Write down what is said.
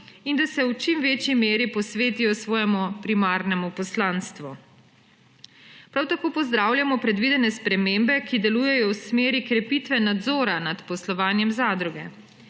in da se v čim večji meri posvetijo svojemu primarnemu poslanstvu. Prav tako pozdravljamo predvidene spremembe, ki delujejo v smeri krepitve nadzora nad poslovanjem zadruge.